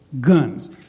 guns